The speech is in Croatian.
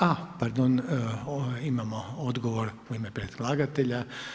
A pardon, imamo odgovor u ime predlagatelja.